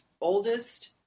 oldest